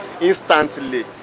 instantly